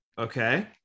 Okay